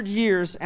years